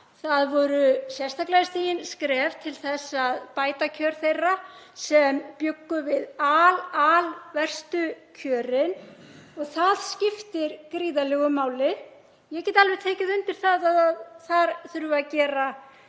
Það voru sérstaklega stigin skref til þess að bæta kjör þeirra sem bjuggu við alverstu kjörin og það skiptir gríðarlegu máli. Ég get alveg tekið undir það að þar þurfum við að gera